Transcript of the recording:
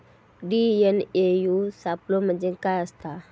TNAU सापलो म्हणजे काय असतां?